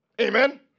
Amen